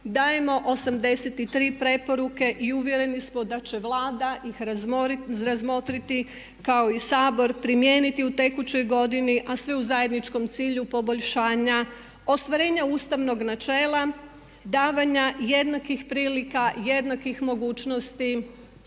dajemo 83 preporuke i uvjereni smo da će Vlada ih razmotriti kao i Sabor, primijeniti u tekućoj godini a sve u zajedničkom cilju poboljšanja, ostvarenja ustavnog načela, davanja jednakih prilika, jednakih mogućnosti